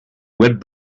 web